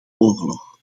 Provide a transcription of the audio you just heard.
oorlog